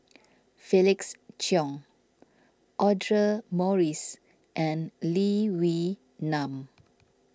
Felix Cheong Audra Morrice and Lee Wee Nam